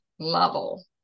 level